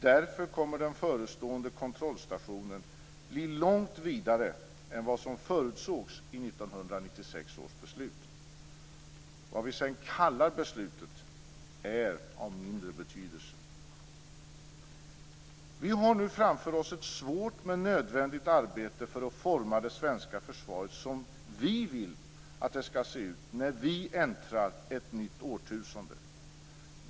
Därför kommer den förestående kontrollstationen att bli långt vidare än vad som förutsågs i 1996 års beslut. Vad vi sedan kallar beslutet är av mindre betydelse. Vi har nu framför oss ett svårt men nödvändigt arbete för att forma det svenska försvaret som vi vill att det skall se ut när vi äntrar ett nytt årtusende.